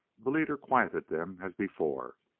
the leader quieted them as before.